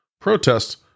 protests